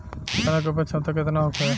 चना के उपज क्षमता केतना होखे?